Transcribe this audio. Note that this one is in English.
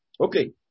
Okay